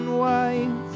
white